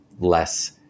less